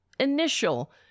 initial